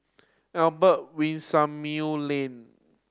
Albert Winsemius Lane